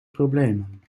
problemen